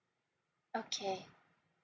okay